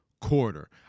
quarter